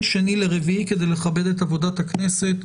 שני לרביעי כדי לכבד את עבודת הכנסת.